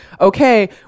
okay